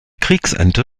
kriegsende